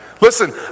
Listen